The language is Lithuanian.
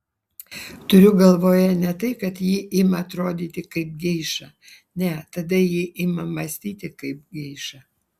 turiu galvoje ne tai kad ji ima atrodyti kaip geiša ne tada ji ima mąstyti kaip geiša